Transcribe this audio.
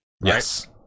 Yes